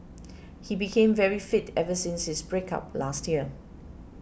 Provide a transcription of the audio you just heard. he became very fit ever since his break up last year